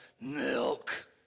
milk